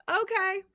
okay